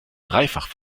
dreifach